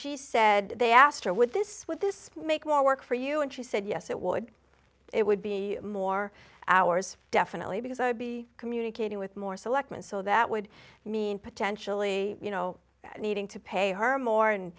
she said they asked her with this with this make more work for you and she said yes it would it would be more hours definitely because i would be communicating with more selectman so that would mean potentially you know needing to pay her more and